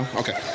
okay